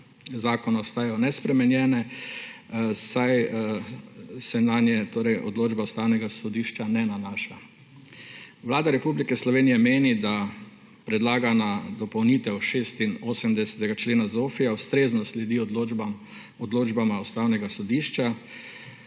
zakona ostajajo nespremenjene, saj se nanje odločba Ustavnega sodišča ne nanaša. Vlada Republike Slovenije meni, da predlagana dopolnitev 86. člena ZOFVI ustrezno sledi odločbama Ustavnega sodišča,